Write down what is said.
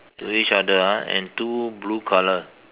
to each other ah and two blue colour